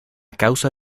causa